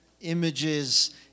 images